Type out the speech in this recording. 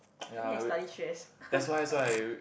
I think I study stress